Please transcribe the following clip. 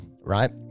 right